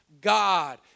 God